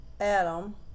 Adam